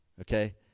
okay